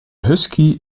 husky